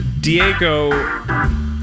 Diego